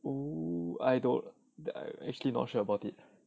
oh I don't I actually not sure about it